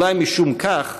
ואולי משום כך